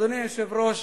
אדוני היושב-ראש,